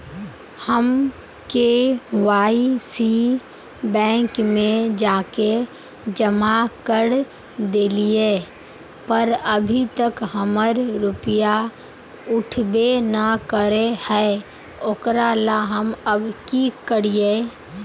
हम KYC bank में जाके जमा कर देलिए पर अभी तक हमर रुपया उठबे न करे है ओकरा ला हम अब की करिए?